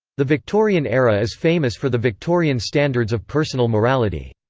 the victorian era is famous for the victorian standards of personal morality.